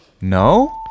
No